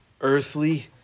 earthly